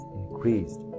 increased